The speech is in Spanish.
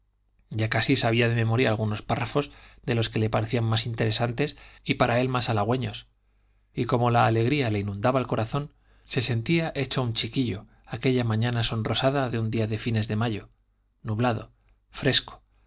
ya casi sabía de memoria algunos párrafos de los que le parecían más interesantes y para él más halagüeños y como la alegría le inundaba el corazón se sentía hecho un chiquillo aquella mañana sonrosada de un día de fines de mayo nublado fresco